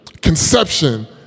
conception